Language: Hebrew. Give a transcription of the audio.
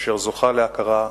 אשר זוכה להכרה חיובית.